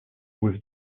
with